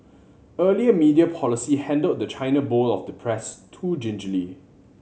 earlier media policy handled the china bowl of the press too gingerly